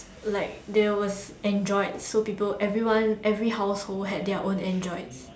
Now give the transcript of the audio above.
like there was Android so everyone everyone household had their own Android